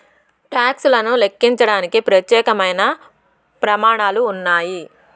talks లను లెక్కించడానికి ప్రత్యేకమైన ప్రమాణాలు ఉన్నాయి